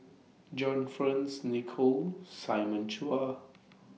John Fearns Nicoll Simon Chua